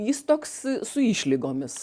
jis toks su išlygomis